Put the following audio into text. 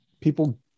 people